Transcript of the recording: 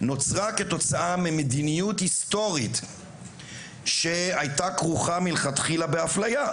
נוצרה כתוצאה במדיניות היסטורית שהייתה כרוכה מלכתחילה באפליה,